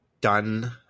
done